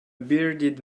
bearded